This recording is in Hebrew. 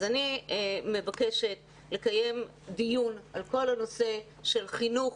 אני מבקשת לקיים דיון על כל הנושא של חינוך